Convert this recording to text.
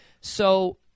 So-